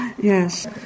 Yes